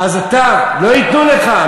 לא ייתנו לך.